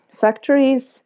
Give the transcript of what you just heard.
factories